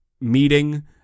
meeting